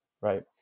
right